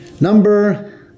Number